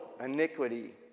iniquity